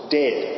dead